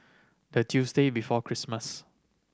the Tuesday before Christmas